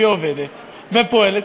והיא עובדת ופועלת,